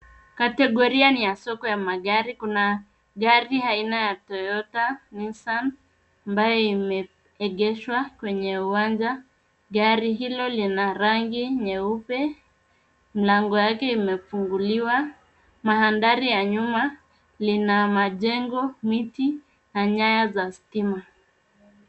Kategoria ni ya soko ya magari. Kuna gari aina ya Toyota Nissan ambayo imeegeshwa kwenye uwanja. Gari hilo lina rangi nyeupe, mlango yake imefunguliwa . Mandhari ya nyuma lina majengo, miti na nyaya za stima.